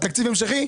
תקציב המשכי?